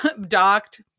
docked